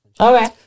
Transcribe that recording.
Okay